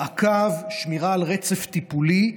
מעקב, שמירה על רצף טיפולי,